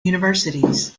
universities